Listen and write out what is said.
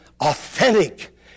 authentic